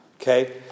Okay